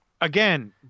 again